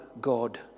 God